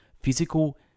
physical